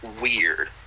weird